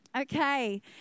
Okay